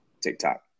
TikTok